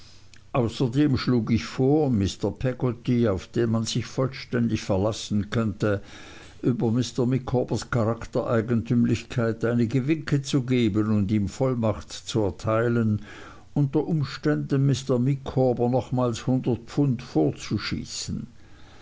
außerdem schlug ich vor mr peggotty auf den man sich vollständig verlassen könnte über mr micawbers charaktereigentümlichkeit einige winke zu geben und ihm vollmacht zu erteilen unter umständen mr micawber nochmals hundert pfund vorzuschießen